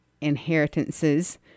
inheritances